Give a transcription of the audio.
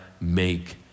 make